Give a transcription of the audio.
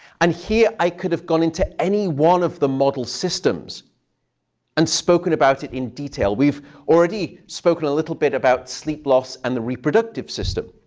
and here i could have gone into any one of the model systems and spoken about it in detail. we've already spoken a little bit about sleep loss and the reproductive system.